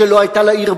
שלא היתה לה עיר בירה?